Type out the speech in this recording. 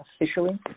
officially